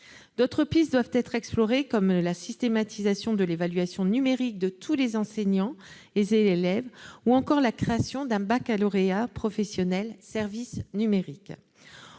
D'autres pistes doivent être explorées, comme la systématisation de l'évaluation numérique de tous les enseignants et élèves, ou encore la création d'un baccalauréat professionnel « services numériques